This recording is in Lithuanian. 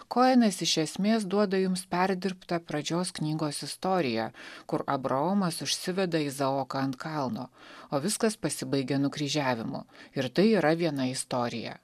koenas iš esmės duodu jums perdirbtą pradžios knygos istoriją kur abraomas užsiveda izaoką ant kalno o viskas pasibaigia nukryžiavimu ir tai yra viena istorija